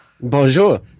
Bonjour